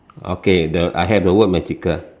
okay the I have the word magical